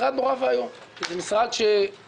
זה משרד נורא ואיום כי זה משרד ששלושת-רבעי